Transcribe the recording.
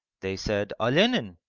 they said, olenin.